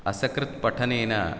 असकृत् पठनेन